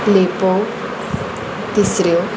लेपो तिसऱ्यो